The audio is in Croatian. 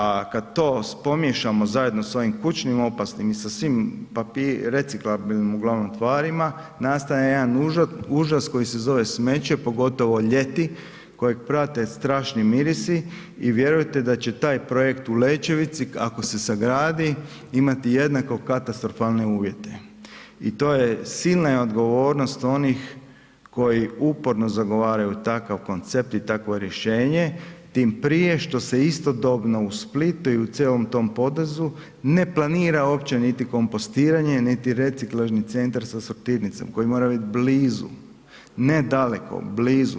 A kad to pomiješamo zajedno sa ovim kućnim opasnim i sa svim reciklažnim uglavnom tvarima, nastaje jedan užas koji se zove smeće pogotovo ljeti kojeg prate strašni mirisi i vjerujte da će taj projekt u Lečevici ako se sagradi imati jednako katastrofalne uvjete i to je silna je odgovornost onih koji uporno zagovaraju takav koncept i takvo rješenje tim prije što se istodobno u Splitu i u cijelom tom potezu, ne planira uopće niti kompostiranje niti reciklažni centar sa sortirnicom koji mora biti blizu, ne daleko, blizu.